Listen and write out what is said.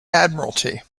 admiralty